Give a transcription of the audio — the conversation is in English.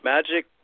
Magic